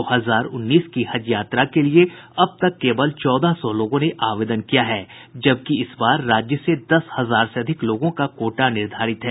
दो हजार उन्नीस की हज यात्रा के लिए अब तक केवल चौदह सौ लोगों ने आवेदन किया है जबकि इस बार राज्य से दस हजार से अधिक लोगों का कोटा निर्धारित है